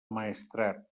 maestrat